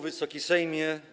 Wysoki Sejmie!